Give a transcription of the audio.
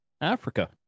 Africa